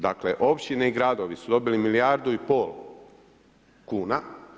Dakle, općine i gradovi su dobili milijardu i pol kuna.